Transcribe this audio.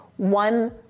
One